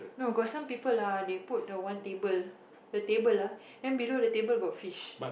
no got some people ah they put the one table the table ah then below the table got fish